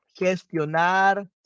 gestionar